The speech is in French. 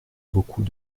beaucoup